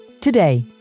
Today